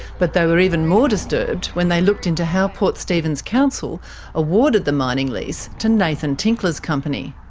but they were even more disturbed when they looked into how port stephens council awarded the mining lease to nathan tinkler's company.